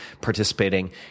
participating